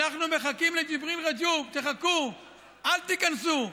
אנחנו מחכים לג'יבריל רג'וב, תחכו, אל תיכנסו.